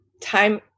time